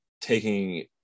taking